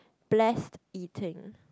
blessed eating